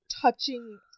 touching